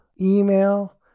email